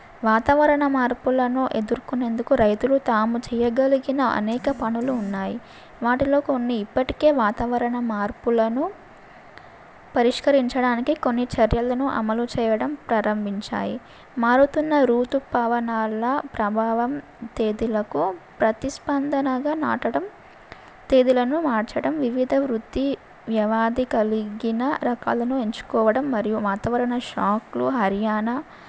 వాతావరణ మార్పులను ఎదుర్కొనేందుకు రైతులు తాము చేయగలిగిన అనేక పనులు ఉన్నాయి వాటిలో కొన్ని ఇప్పటికే వాతావరణ మార్పులను పరిష్కరించడానికి కొన్ని చర్యలను అమలు చేయడం ప్రారంభించాయి మారుతున్న ఋతు పవనాల ప్రభావం తేదీలకు ప్రతిస్పందనగా నాటడం తేదీలను మార్చడం వివిధ వృత్తి వ్యవధి కలిగిన రకాలను ఎంచుకోవడం మరియు వాతావరణ శాఖలు హర్యానా